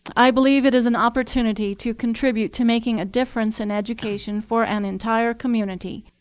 i believe it is an opportunity to contribute to making a difference in education for an entire community.